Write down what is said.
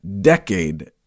decade